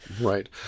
Right